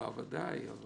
נועה, ודאי.